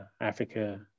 Africa